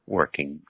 working